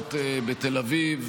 והוצאות בתל אביב,